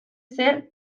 ser